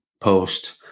post